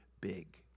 big